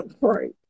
right